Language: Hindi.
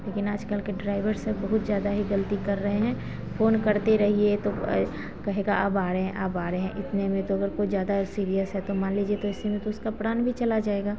लेकिन आजकल के ड्राइभर सब बहुत ज़्यादा ही गलती कर रहे हैं फोन करते रहिए तो कहेगा अब आ रहे अब आ रहे हैं इतने में तो अगर कोई ज़्यादा सीरीयस है तो मान लीजिए तो ऐसे में तो उसका प्राण भी चला जाएगा